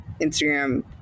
Instagram